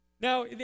Now